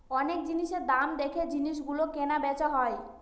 অনেক জিনিসের দাম দেখে জিনিস গুলো কেনা বেচা হয়